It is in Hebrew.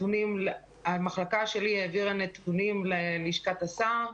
המחלקה שלי העבירה נתונים ללשכת השר,